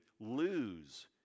lose